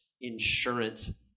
insurance